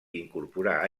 incorporar